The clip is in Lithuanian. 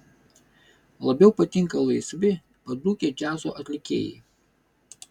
labiau patinka laisvi padūkę džiazo atlikėjai